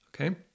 okay